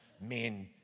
men